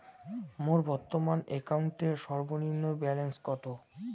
মোর বর্তমান অ্যাকাউন্টের সর্বনিম্ন ব্যালেন্স কত?